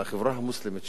של החברה המוסלמית,